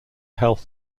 health